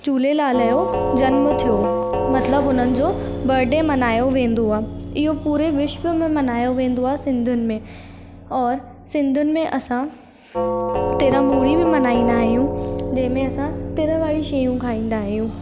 झूलेलाल जो जन्मु थियो मतिलबु हुननि जो बडे मनायो वेंदो आहे इहो पूरे विश्व में मनायो वेंदो आहे सिंधियुनि में और सिंधियुनि में असां तिरमुरी मनाईंदा आहियूं जंहिंमें असां तिर वारी शयूं खाईंदा आहियूं